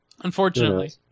Unfortunately